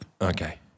Okay